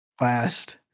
last